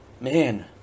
man